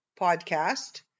podcast